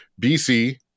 BC